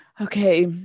okay